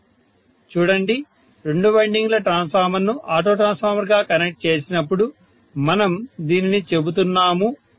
professor చూడండి రెండు వైండింగ్ల ట్రాన్స్ఫార్మర్ను ఆటో ట్రాన్స్ఫార్మర్గా కనెక్ట్ చేసినప్పుడు మనం దీనిని చెబుతున్నాము